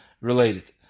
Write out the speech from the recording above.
related